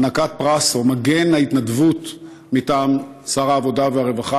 הענקת מגן ההתנדבות מטעם שר העבודה והרווחה.